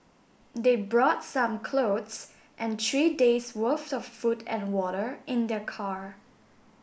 they brought some clothes and three days worth of food and water in their car